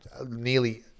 nearly